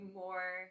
more